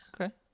Okay